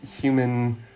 human